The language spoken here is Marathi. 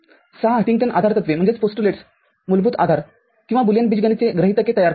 सहा हंटिंग्टन आधारतत्वेमूलभूत आधार किंवा बुलियन बीजगणितचे गृहीतके तयार करतात